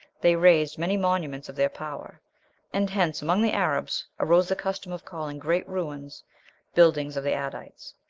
they raised many monuments of their power and hence, among the arabs, arose the custom of calling great ruins buildings of the adites.